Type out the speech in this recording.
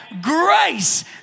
grace